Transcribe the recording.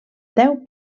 deu